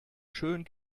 schön